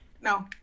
No